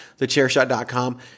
thechairshot.com